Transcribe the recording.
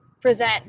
present